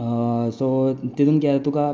तितूंन कितें जाता तुका